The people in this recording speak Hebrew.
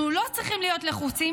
אנחנו לא צריכים להיות לחוצים,